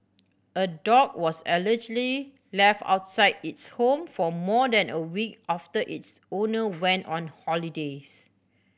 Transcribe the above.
a dog was allegedly left outside its home for more than a week after its owner went on holidays